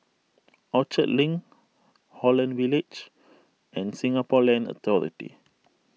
Orchard Link Holland Village and Singapore Land Authority